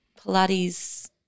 Pilates